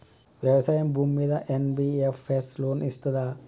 వ్యవసాయం భూమ్మీద NBFS loan ఇస్తదా?